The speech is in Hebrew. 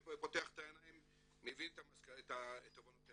ופותח את העיניים מבין את התובנות האלה.